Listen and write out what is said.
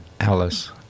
alice